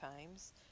times